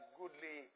goodly